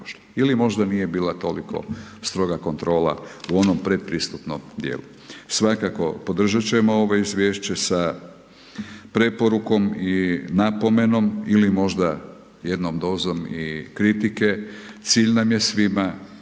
ili nije bila toliko stroga kontrola u onom pretpristupnim dijelu. Svakako podržati ćemo ovo izvješće sa preporukom i napomenom ili možda jednom dozom kritike. Cilj nam je svima